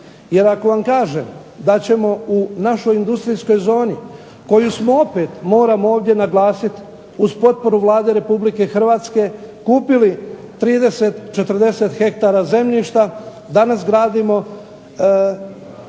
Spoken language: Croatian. Jer ako vam kažem da ćemo u našoj industrijskoj zoni koju smo opet moram ovdje naglasit uz potporu vlade Republike Hrvatske kupili 30, 40 ha zemljišta danas gradimo